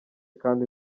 kandi